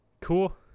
Cool